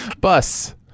Bus